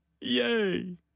yay